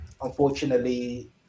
Unfortunately